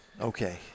Okay